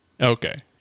Okay